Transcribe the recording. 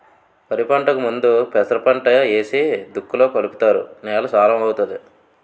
వరిపంటకు ముందు పెసరపంట ఏసి దుక్కిలో కలుపుతారు నేల సారం అవుతాది